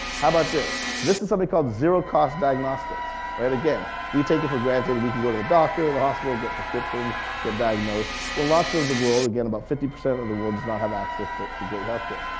how about this? this is something called zero cross diagnostics. all right again, we take it for granted we can go to the doctor, the hospital, get prescriptions, get diagnosed. well lots of the world, again about fifty percent of the world, does not have access to great health care.